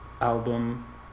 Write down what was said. album